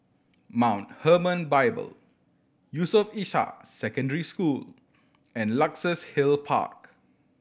Mount Hermon Bible Yusof Ishak Secondary School and Luxus Hill Park